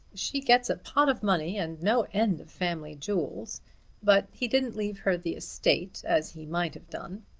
she gets a pot of money, and no end of family jewels but he didn't leave her the estate as he might have done.